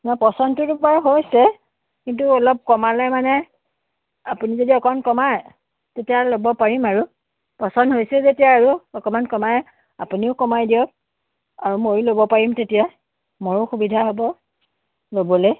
নহয় পচন্দটোতো বাৰু হৈছে কিন্তু অলপ কমালে মানে আপুনি যদি অকণ কমাই তেতিয়া ল'ব পাৰিম আৰু পচন্দ হৈছে যেতিয়া আৰু অকণমান কমাই আপুনিও কমাই দিয়ক আৰু ময়ো ল'ব পাৰিম তেতিয়া ময়ো সুবিধা হ'ব ল'বলৈ